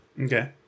Okay